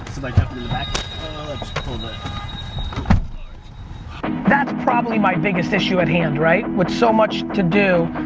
like that's probably my biggest issue at hand, right? with so much to do.